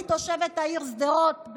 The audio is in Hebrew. אני תושבת העיר שדרות.